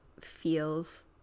feels